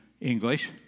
English